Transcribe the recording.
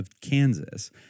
Kansas